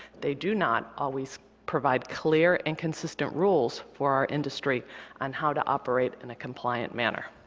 they do not always provide clear and consistent rules for our industry on how to operate in a compliant manner.